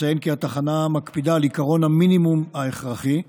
אציין כי התחנה מקפידה על עקרון המינימום ההכרחי,